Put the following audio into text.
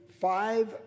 five